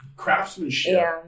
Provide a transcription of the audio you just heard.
Craftsmanship